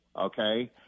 okay